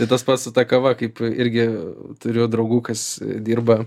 tai tas pats su ta kava kaip irgi turiu draugų kas dirba